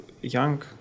young